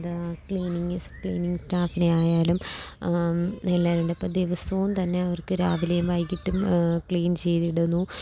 എന്താ cleaning cleaning സ്റ്റാഫിനെ ആയാലും എല്ലാവരുമുണ്ട് ഇപ്പോൾ ദിവസവും തന്നെ അവർക്കു രാവിലെയും വൈകിയിട്ടും ക്ലീൻ ചെയ്തിടുന്നു